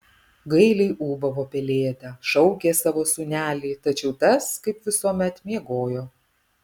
gailiai ūbavo pelėda šaukė savo sūnelį tačiau tas kaip visuomet miegojo